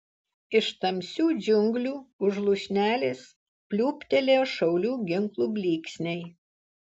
iš tamsių džiunglių už lūšnelės pliūptelėjo šaulių ginklų blyksniai